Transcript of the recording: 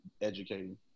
educating